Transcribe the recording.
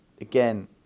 again